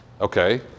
Okay